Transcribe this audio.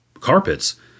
carpets